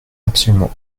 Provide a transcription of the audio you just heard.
absolument